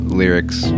lyrics